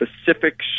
specific